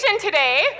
today